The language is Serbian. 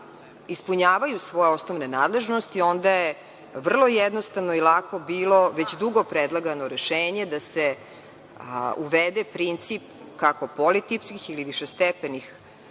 ispunjavaju svoje osnovne nadležnosti onda je vrlo jednostavno lako bilo već dugo predlagano rešenje da se uvede princip kako politipskih ili višestepenih